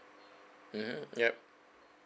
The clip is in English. mmhmm yup